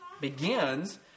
begins